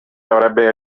avrebbe